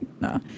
no